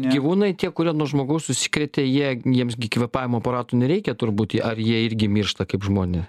gyvūnai tie kurie nuo žmogaus užsikrėtė jie jiems gi kvėpavimo aparatų nereikia turbūt jie ar jie irgi miršta kaip žmonė